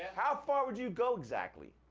how far would you go exactly?